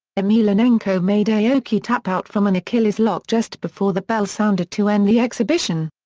emelianenko made aoki tap out from an achilles lock just before the bell sounded to end the exhibition.